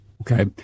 Okay